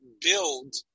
build